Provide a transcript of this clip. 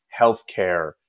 healthcare